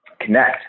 connect